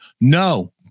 no